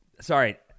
Sorry